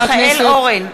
בעד מיכאל אורן,